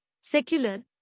secular